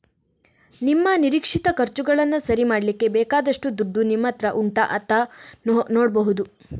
ನಿಮ್ಮ ನಿರೀಕ್ಷಿತ ಖರ್ಚುಗಳನ್ನ ಸರಿ ಮಾಡ್ಲಿಕ್ಕೆ ಬೇಕಾದಷ್ಟು ದುಡ್ಡು ನಿಮ್ಮತ್ರ ಉಂಟಾ ಅಂತ ನೋಡ್ಬಹುದು